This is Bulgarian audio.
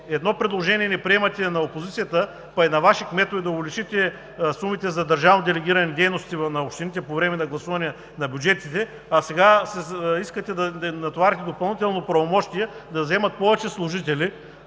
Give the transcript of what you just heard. едно предложение на опозицията не приемате, пък и на Ваши кметове, да увеличите сумите за държавно делегирани дейности на общините по време на гласуване на бюджетите, а сега искате да им натоварите допълнително правомощия да вземат повече служители,